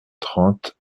trente